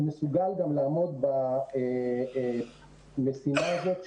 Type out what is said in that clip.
הוא מסוגל גם לעמוד במשימה הזאת.